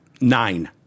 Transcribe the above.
Nine